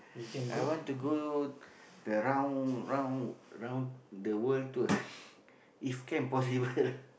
I want to go the round round round the world tour if can possible lah